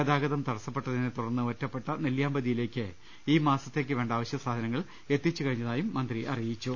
ഗതാഗതം തടസ്സപ്പെട്ടതിനെ തുടർന്ന് ഒറ്റപ്പെട്ട നെല്ലിയാമ്പതി യിലേക്ക് ഈ മാസത്തേക്ക് വേണ്ട അവശ്യ സാധനങ്ങൾ എത്തിച്ചു കഴിഞ്ഞതായും മന്ത്രി അറിയിച്ചു